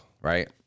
Right